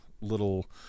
little